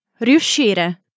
Riuscire